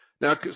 Now